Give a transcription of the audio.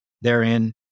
Therein